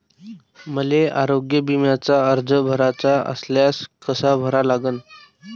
मले आरोग्य बिम्याचा अर्ज भराचा असल्यास कसा भरा लागन?